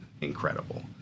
incredible